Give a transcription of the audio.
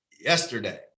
yesterday